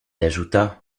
ajouta